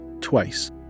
twice